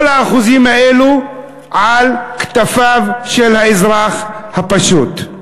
כל האחוזים האלו על כתפיו של האזרח הפשוט.